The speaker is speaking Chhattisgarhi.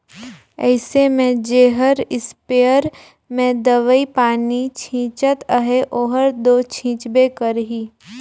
अइसे में जेहर इस्पेयर में दवई पानी छींचत अहे ओहर दो छींचबे करही